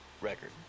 record